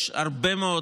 יש הרבה מאוד